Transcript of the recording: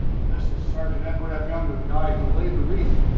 and this is sergeant edward f. younger, the guy who laid the wreath,